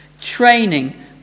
training